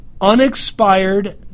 unexpired